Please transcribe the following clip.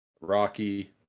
Rocky